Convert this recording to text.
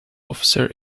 officer